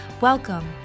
Welcome